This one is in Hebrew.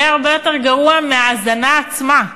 יהיה הרבה יותר גרוע מההזנה עצמה,